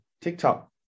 tiktok